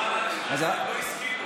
זה לא עלה ל-17.